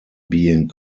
being